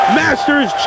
masters